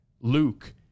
Luke